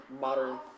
modern